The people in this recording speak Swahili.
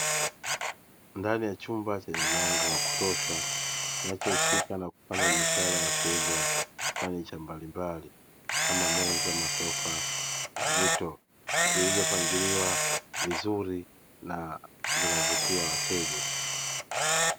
Ndani ya chumba chenye mwanga wa kutosha. KInacho husika na kufanya biashara ya kuuza fanicha mbalimbali kama meza, masofa na mito zilizopangiliwa vizuri na zinavutia wateja.